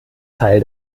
teil